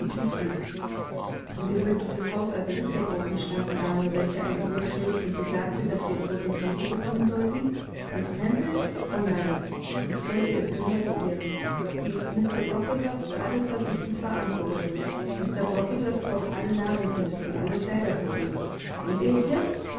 ist dann gehört dieses haus also nicht der großen schlanken dame welche eine uhr trägt und die sagte daß wir brot und käse bekommen sollten miß temple o nein ich wollte es gehörte ihr sie ist mr brocklehurst für alles was sie thut verantwortlich mr brocklehurst kauft alle nahrungsmittel und alle kleider für uns wohnt er hier